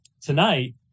tonight